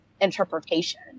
interpretation